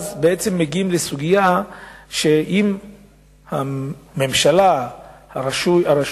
אז בעצם מגיעים לסוגיה שאם הממשלה והרשויות